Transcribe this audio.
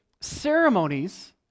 ceremonies